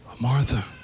Martha